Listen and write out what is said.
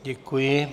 Děkuji.